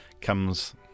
comes